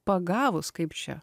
pagavūs kaip čia